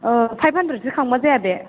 five हान्ड्रेडसो खांबा जाया बे